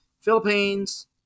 Philippines